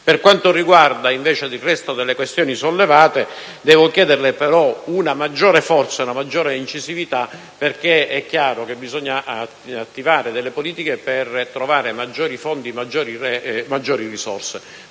Per quanto riguarda invece il resto delle questioni sollevate, devo chiederle però una maggiore forza e una maggiore incisività, perché è chiaro che bisogna attivare delle politiche per trovare maggiori fondi e maggiori risorse.